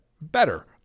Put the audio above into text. better